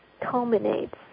culminates